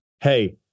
hey